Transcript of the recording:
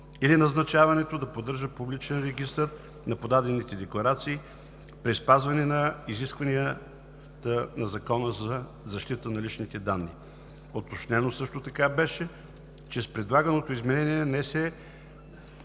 или назначаването да поддържа публичен регистър на подадените декларации при спазване на изискванията на Закона за защита на личните данни. Уточнено също така беше, че с предлаганото изменение не се